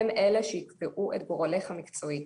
הם אלה שייקבעו את גורלך המקצועי,